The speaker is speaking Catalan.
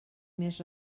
més